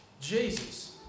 Jesus